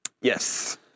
Yes